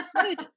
good